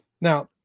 Now